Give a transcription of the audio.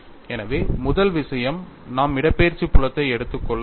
எனவே முதல் விஷயம் நாம் இடப்பெயர்ச்சி புலத்தை எடுத்துக் கொள்ள வேண்டும்